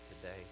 today